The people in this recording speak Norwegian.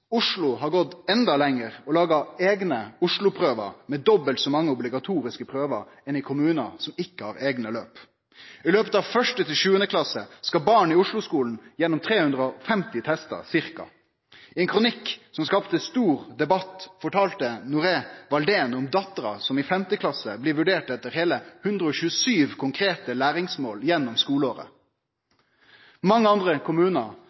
Oslo har gått enda lenger og laga eigne Oslo-prøver med dobbelt så mange obligatoriske prøver som i kommunar som ikkje har eigne løp. I løpet av 1.–7. klasse skal barn i Oslo-skulen gjennom ca. 350 testar. I ein kronikk som skapte stor debatt, fortalde Nohre-Walldén om dottera som i 5. klasse blir vurdert etter heile 127 konkrete læringsmål gjennom skoleåret. Mange andre kommunar